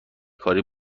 کاری